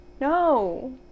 no